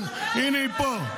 כן, הינה, היא פה.